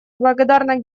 благодарна